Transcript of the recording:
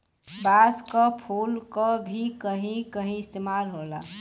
बांस क फुल क भी कहीं कहीं इस्तेमाल होला